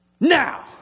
Now